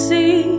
See